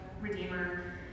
Redeemer